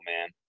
man